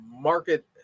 market